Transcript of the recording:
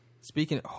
Speaking